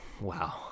wow